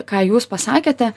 ką jūs pasakėte